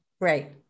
right